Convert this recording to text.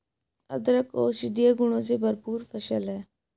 अदरक औषधीय गुणों से भरपूर फसल है